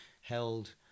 held